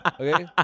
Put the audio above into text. Okay